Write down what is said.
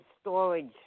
storage